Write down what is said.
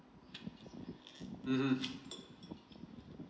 mmhmm